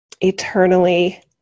eternally